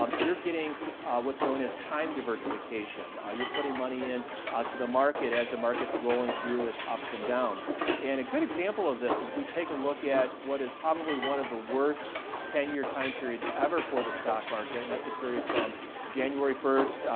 um you're getting what's known as time diversification. ah you're putting money in ah to the market as the market's rolling through its ups and downs and a good example of this is if we take a look at what is probably one of the worst tenure time periods ever for the stock market and that's the period from january one,